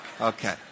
Okay